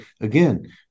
again